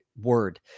word